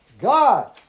God